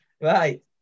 Right